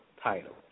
title